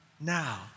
now